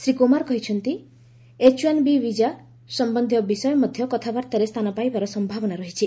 ଶ୍ରୀ କୁମାର କହିଛନ୍ତି H one B visa ସମ୍ପନ୍ଧୀୟ ବିଷୟ ମଧ୍ୟ କଥାବାର୍ତ୍ତାରେ ସ୍ଥାନ ପାଇବାର ସମ୍ଭାବନା ରହିଛି